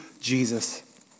Jesus